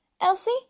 Elsie